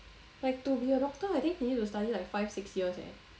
like to be a doctor I think he need to study like five six years eh